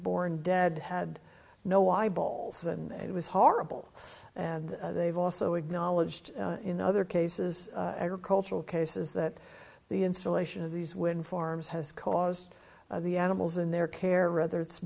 born dead had no eyeballs and it was horrible and they've also acknowledged in other cases or cultural cases that the installation of these wind farms has caused the animals in their care whether it's